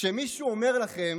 כשמישהו אומר לכם